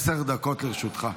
עשר דקות לרשותך.